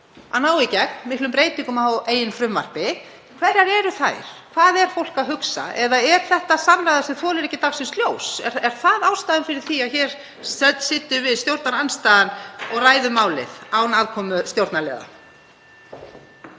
að ná í gegn miklum breytingum á eigin frumvarpi. Hverjar eru þær? Hvað er fólk að hugsa? Eða er þetta samræða sem þolir ekki dagsins ljós? Er það ástæðan fyrir því að hér sitjum við, stjórnarandstaðan, og ræðum málin án aðkomu stjórnarliða?